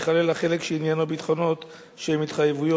ייכלל החלק שעניינו ביטחונות שהם התחייבות,